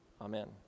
Amen